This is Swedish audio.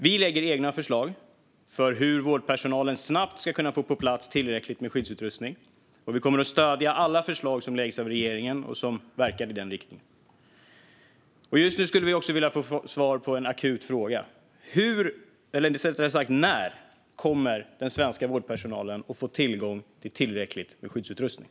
Vi lägger fram egna förslag om hur vårdpersonalen snabbt ska kunna få på plats tillräckligt med skyddsutrustning, och vi kommer att stödja alla förslag som läggs fram av regeringen och som verkar i denna riktning. Just nu skulle vi vilja få svar på en akut fråga: När kommer den svenska vårdpersonalen att få tillgång till tillräckligt med skyddsutrustning?